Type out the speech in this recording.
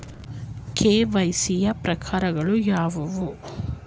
KYC ಯ ಪ್ರಕಾರಗಳು ಯಾವುವು?